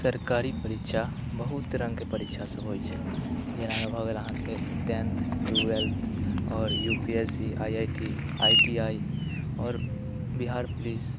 सरकारी परीक्षा बहुत रङ्गके परीक्षा सभ होइत छै जेनामे भऽ गेल अहाँके टेंथ ट्वेल्थ आओर U P S C I I T I T I आओर बिहार पुलिस